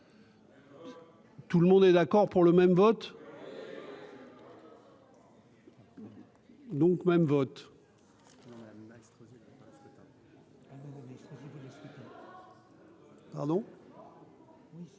Tout le monde est d'accord pour le même vote. Donc même votre. Ce qu'on a